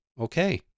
okay